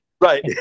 Right